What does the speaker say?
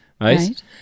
Right